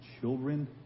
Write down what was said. Children